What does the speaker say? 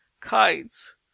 kites